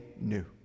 new